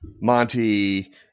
Monty